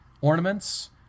ornaments